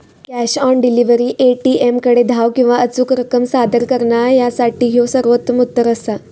cash on delivery, ए.टी.एमकडे धाव किंवा अचूक रक्कम सादर करणा यासाठी ह्यो सर्वोत्तम उत्तर असा